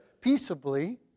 peaceably